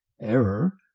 error